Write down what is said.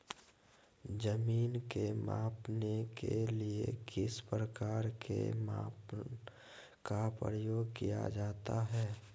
जमीन के मापने के लिए किस प्रकार के मापन का प्रयोग किया जाता है?